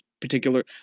particular